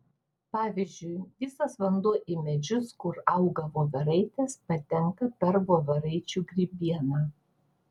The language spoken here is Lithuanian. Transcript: pavyzdžiui visas vanduo į medžius kur auga voveraitės patenka per voveraičių grybieną